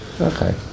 Okay